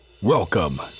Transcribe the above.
Welcome